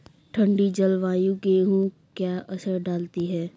ठंडी जलवायु गेहूँ पर क्या असर डालती है?